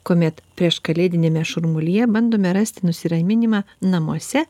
kuomet prieškalėdiniame šurmulyje bandome rasti nusiraminimą namuose